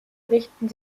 richten